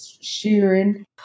shearing